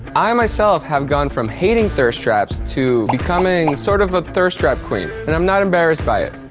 i myself have gone from hating thirst traps to becoming sort of a thirst trap queen, and i'm not embarrassed by it.